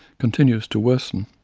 continues to worsen.